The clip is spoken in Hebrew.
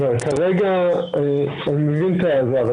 אני מבין --- אבל